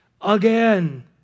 again